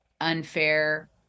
unfair